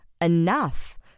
enough